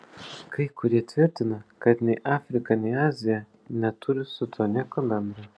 kai kurie tvirtina kad nei afrika nei azija neturi su tuo nieko bendra